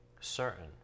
certain